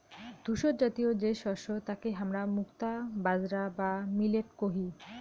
ধূসরজাতীয় যে শস্য তাকে হামরা মুক্তা বাজরা বা মিলেট কহি